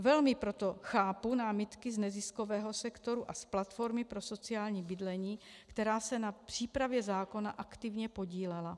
Velmi proto chápu námitky z neziskového sektoru a z Platformy pro sociální bydlení, která se na přípravě zákona aktivně podílela.